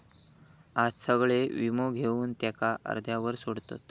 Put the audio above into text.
आज सगळे वीमो घेवन त्याका अर्ध्यावर सोडतत